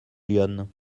lyonne